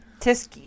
Tisky